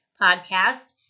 podcast